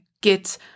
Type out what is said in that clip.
get